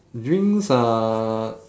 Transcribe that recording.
drinks are